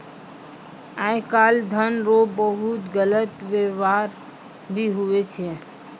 आय काल धन रो बहुते गलत वेवहार भी हुवै छै